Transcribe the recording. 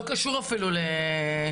לא קשור אפילו לזה.